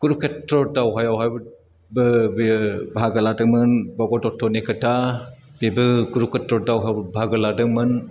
कुरुक्षेत्र दावहायावहायबो बेयो बाहागो लादोंमोन भगदत्तनि खोथा बेबो कुरुश्रेत्र दावहायाव बाहागो लादोंमोन